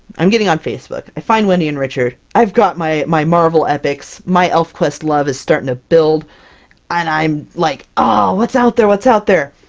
i'm getting on facebook, i find wendy and richard, i've got my my marvel epics my elfquest love is starting to build, and i'm like, oh! ah what's out there? what's out there?